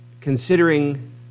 considering